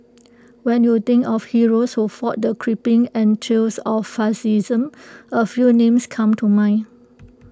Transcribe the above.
when you think of heroes who fought the creeping entrails of fascism A few names come to mind